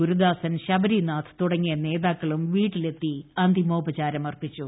ഗുരുദാസൻ ശബരിനാഥ് തുടങ്ങിയ നേതാക്കളും വീട്ടിലെത്തി അന്തിമോപചാരം അർപ്പിച്ചു